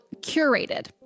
curated